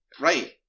right